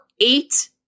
eight